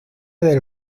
del